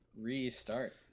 restart